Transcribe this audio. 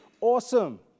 awesome